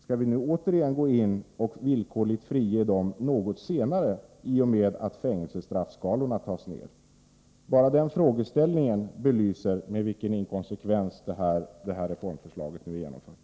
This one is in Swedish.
Skall vi börja att villkorligt frige dem något senare i och med att fängelsestraffen sänks? Bara den frågeställningen belyser med vilken inkonsekvens detta reformförslag har utformats.